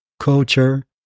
culture